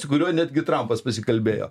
su kuriuo netgi trumpas pasikalbėjo